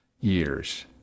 years